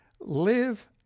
live